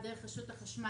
דרך רשות החשמל,